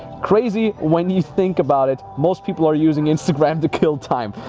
crazy when you think about it, most people are using instagram to kill time.